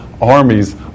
armies